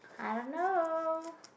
I don't know